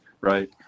right